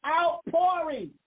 outpouring